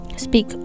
speak